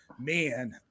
Man